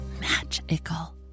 magical